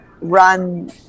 run